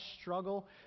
struggle